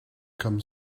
comme